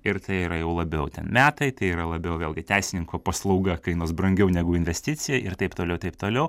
ir tai yra jau labiau ten metai tai yra labiau vėlgi teisininko paslauga kainuos brangiau negu investicija ir taip toliau taip toliau